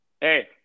hey